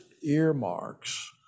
earmarks